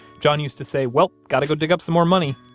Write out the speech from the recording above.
john used to say, well, got to go dig up some more money.